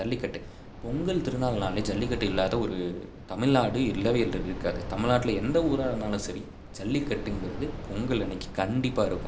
ஜல்லிக்கட்டு பொங்கல் திருநாள்னாலே ஜல்லிக்கட்டு இல்லாம ஒரு தமிழ்நாடு இல்லைவே இல் இருக்காது தமிழ்நாட்டில் எந்த ஊராக இருந்தாலும் சரி ஜல்லிக்கட்டுங்கிறது பொங்கல் அன்றைகி கண்டிப்பாக இருக்கும்